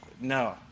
no